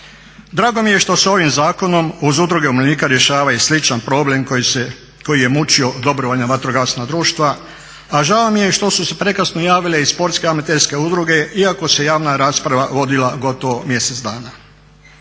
Drago mi je što se ovim zakonom uz udruge umirovljenika rješava i sličan problem koji je mučio dobrovoljna vatrogasna društva, a žao mi je što su se prekasno javile i sportske amaterske udruge, iako se javna rasprava vodila gotovo mjesec dana.